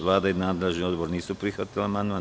Vlada i nadležni odbor nisu prihvatili amandman.